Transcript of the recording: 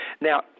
Now